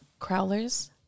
Crowlers